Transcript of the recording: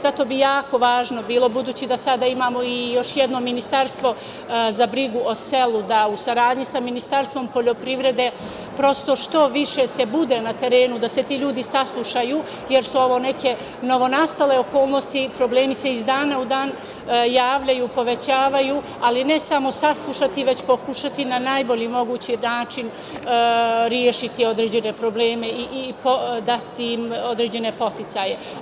Zato bi jako važno bilo, budući da sada imamo i još jedno Ministarstvo za brigu o selu, da u saradnji sa Ministarstvom poljoprivrede, prosto što više se bude na terenu, da se ti ljudi saslušaju jer su ovo neke novonastale okolnosti i problemi se iz dana u dan javljaju, povećavaju, ali ne samo saslušati, već pokušati na najbolji mogući način rešiti određene probleme i dati im određene podsticaje.